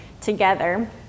together